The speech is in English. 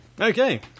Okay